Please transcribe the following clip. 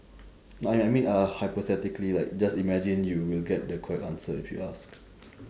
I I mean uh hypothetically like just imagine you will get the correct answer if you ask